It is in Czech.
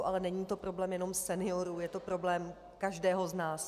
Ale není to problém jenom seniorů, je to problém každého z nás.